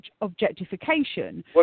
objectification